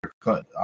cut